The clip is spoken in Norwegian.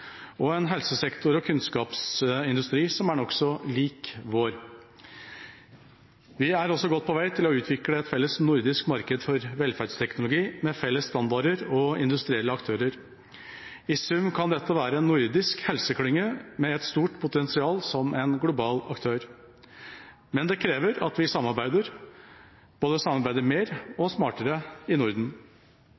og en helsesektor og kunnskapsindustri som er nokså lik vår. Vi er også godt på vei til å utvikle et felles nordisk marked for velferdsteknologi, med felles standarder og industrielle aktører. I sum kan dette være en nordisk helseklynge med et stort potensial som en global aktør. Men det krever at vi samarbeider, både mer og